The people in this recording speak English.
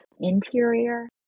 interior